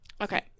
Okay